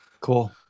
cool